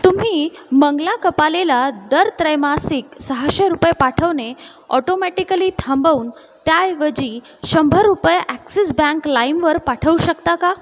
तुम्ही मंगला कपालेला दर त्रैमासिक सहाशे रुपये पाठवणे ऑटोमॅटिकली थांबवून त्याऐवजी शंभर रुपये ॲक्सिस बँक लाईमवर पाठवू शकता का